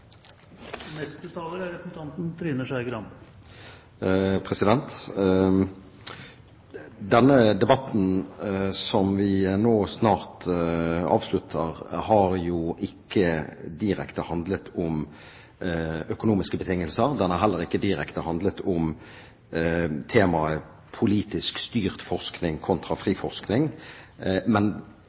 Denne debatten som vi nå snart avslutter, har jo ikke handlet direkte om økonomiske betingelser. Den har heller ikke handlet direkte om temaet politisk styrt forskning kontra fri forskning. Men